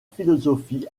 philosophie